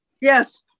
Yes